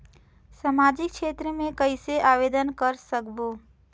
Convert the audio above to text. समाजिक क्षेत्र मे कइसे आवेदन कर सकबो?